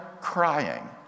crying